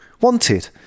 wanted